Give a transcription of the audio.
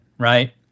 Right